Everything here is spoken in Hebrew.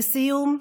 לסיום,